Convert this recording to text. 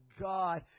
God